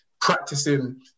practicing